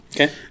Okay